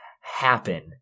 happen